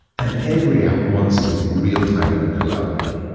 and every app wants to be realtime and collaborative.